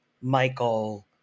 Michael